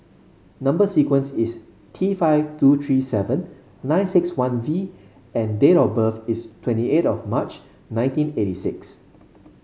number sequence is T five two three seven nine six one V and date of birth is twenty eight of March nineteen eighty six